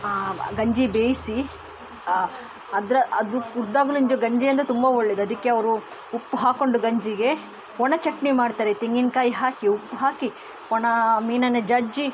ಆ ಗಂಜಿ ಬೇಯಿಸಿ ಅದರ ಅದು ಕುದ್ದಾಗ ಗಂಜಿ ಅಂದರೆ ತುಂಬ ಒಳ್ಳೆಯದು ಅದಕ್ಕೆ ಅವರು ಉಪ್ಪು ಹಾಕ್ಕೊಂಡು ಗಂಜಿಗೆ ಒಣಚಟ್ನಿ ಮಾಡ್ತಾರೆ ತೆಂಗಿನಕಾಯಿ ಹಾಕಿ ಉಪ್ಪು ಹಾಕಿ ಒಣ ಮೀನನ್ನು ಜಜ್ಜಿ